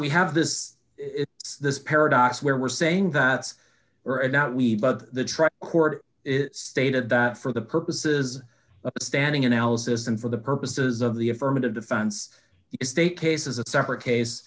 we have this this paradox where we're saying that or not we but the truck court stated that for the purposes of standing analysis and for the purposes of the affirmative defense estate case as a separate case